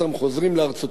יודעים עברית,